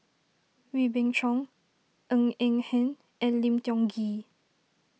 Wee Beng Chong Ng Eng Hen and Lim Tiong Ghee